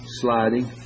sliding